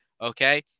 Okay